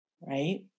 right